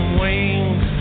wings